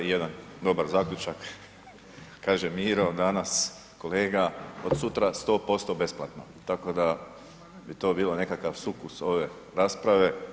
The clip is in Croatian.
Jedan dobar zaključak, kaže Miro danas, kolega, od sutra 100% besplatno, tako da bi to bilo nekakav sukus ove rasprave.